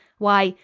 why,